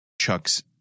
Chuck's